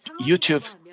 YouTube